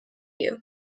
you